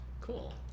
Cool